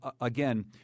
again